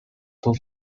tool